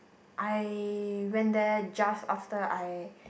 I went there just after I